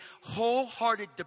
wholehearted